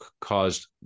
caused